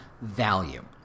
value